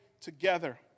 together